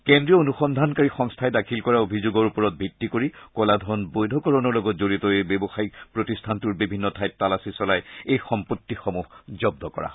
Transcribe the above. কেন্দ্ৰীয় অনুসন্ধানকাৰী সংস্থাই দাখিল কৰা অভিযোগৰ ওপৰত ভিত্তি কৰি কলা ধন বৈধ কৰণৰ লগত জড়িত এই ব্যৱসায়ীক প্ৰতিষ্ঠানটোৰ বিভিন্ন ঠাইত তালাচী চলাই এই সম্পত্তিসমূহ জন্দ কৰা হয়